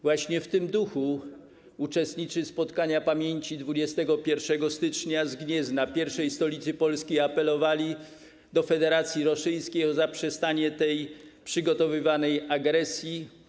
Właśnie w tym duchu uczestnicy Spotkania Pamięci 21 stycznia z Gniezna, pierwszej stolicy Polski, apelowali do Federacji Rosyjskiej o zaprzestanie tej przygotowywanej agresji.